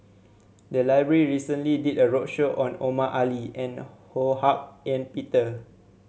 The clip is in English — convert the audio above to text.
the library recently did a roadshow on Omar Ali and Ho Hak Ean Peter